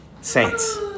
saints